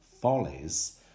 Follies